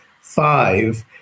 five